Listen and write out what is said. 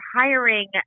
hiring